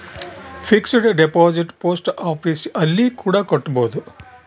fixed deposit post office ಅಲ್ಲಿ ಕೂಡ ಕಟ್ಬೋದು